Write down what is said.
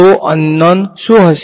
તો unknown શું હશે